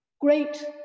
Great